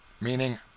meaning